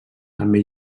també